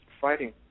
fighting